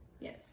yes